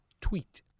tweet